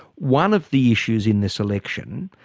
one of the issues in this election,